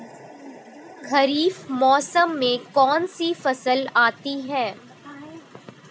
खरीफ मौसम में कौनसी फसल आती हैं?